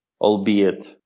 albeit